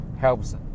helps